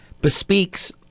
bespeaks